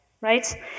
right